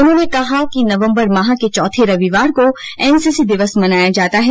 उन्होंने कहा कि नवम्बर माह के चौथे रविवार को एनसीसी दिवस मनाया जाता है